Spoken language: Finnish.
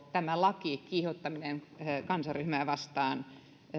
tämä laki kiihottaminen kansanryhmää vastaan